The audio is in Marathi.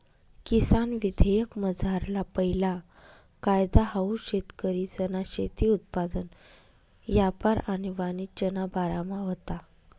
किसान विधेयकमझारला पैला कायदा हाऊ शेतकरीसना शेती उत्पादन यापार आणि वाणिज्यना बारामा व्हता